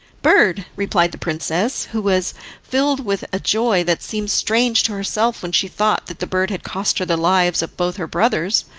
bird, replied the princess, who was filled with a joy that seemed strange to herself when she thought that the bird had cost her the lives of both her brothers,